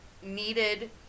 needed